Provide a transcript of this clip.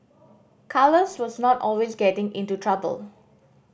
Carlos was not always getting into trouble